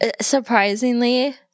surprisingly